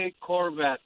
Corvette